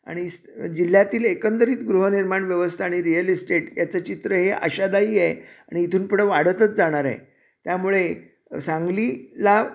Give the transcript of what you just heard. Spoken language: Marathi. आणि जिल्ह्यातील एकंदरीत गृहनिर्माण व्यवस्था आणि रियल इस्टेट याचं चित्र हे आशादायी आहे आणि इथून पुढं वाढतच जाणार आहे त्यामुळे सांगलीला